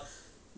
驱逐